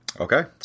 okay